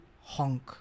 honk